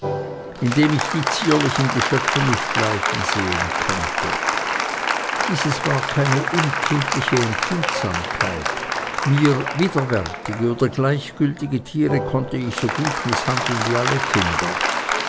indem ich die zierlichen geschöpfe nicht leiden sehen konnte dieses war keine unkindliche empfindsamkeit mir widerwärtige oder gleichgültige tiere konnte ich so gut mißhandeln wie alle kinder